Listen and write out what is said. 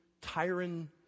tyrant